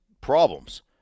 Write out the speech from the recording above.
problems